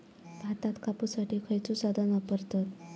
भात कापुसाठी खैयचो साधन वापरतत?